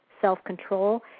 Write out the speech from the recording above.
self-control